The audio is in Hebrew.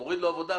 זה מוריד לו עבודה,